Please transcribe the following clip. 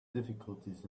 difficulties